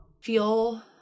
feel